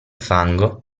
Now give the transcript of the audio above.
fango